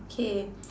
K